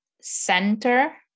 center